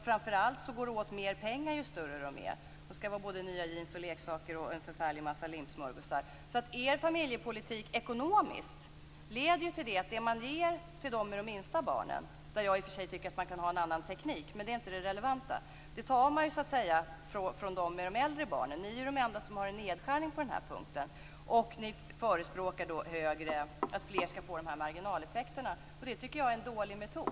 Framför allt går det åt mera pengar ju större barnen är. Det skall vara nya jeans, leksaker och en förfärlig massa limpsmörgåsar. Er familjepolitik ekonomiskt leder alltså till att det man ger till dem som har de minsta barnen - där tycker jag i och för sig att man kan ha en annan teknik men det är inte det relevanta - det tar man från dem som har äldre barn. Ni är de enda som har en nedskärning på den punkten. Ni förespråkar att fler skall få de här marginaleffekterna men det tycker jag är en dålig metod.